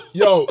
yo